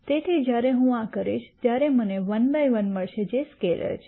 તેથી જ્યારે હું આ કરીશ ત્યારે મને વન બાય વન મળશે જે સ્કેલેર છે